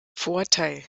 vorteil